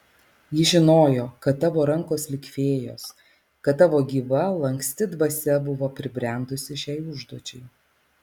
ji žinojo kad tavo rankos lyg fėjos kad tavo gyva lanksti dvasia buvo pribrendusi šiai užduočiai